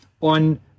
on